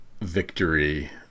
victory